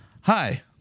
Hi